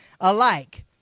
alike